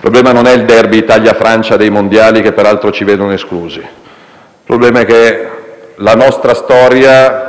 problema non è il *derby* Italia-Francia dei mondiali, che peraltro ci vedono esclusi, ma che la nostra storia